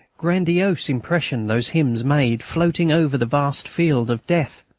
grandiose, impression those hymns made, floating over the vast field of death!